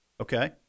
Okay